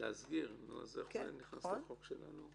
אז איך זה נכנס לחוק שלנו?